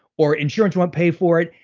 or, insurance won't pay for it.